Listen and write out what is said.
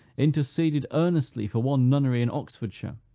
interceded earnestly for one nunnery in oxfordshire,